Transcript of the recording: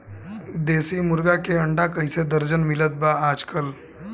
देशी मुर्गी के अंडा कइसे दर्जन मिलत बा आज कल?